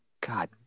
god